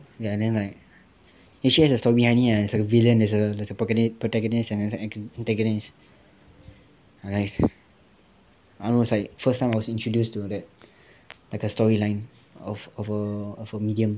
ya and then like actually the story behind it right it's like a villain and there's a protagonist and an antagonist I don't know like the first time I was introduced to the storyline of a of a medium